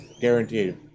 guaranteed